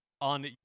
on